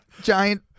giant